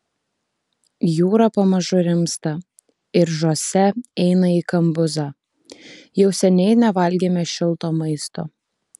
jūra pamažu rimsta ir žoze eina į kambuzą jau seniai nevalgėme šilto maisto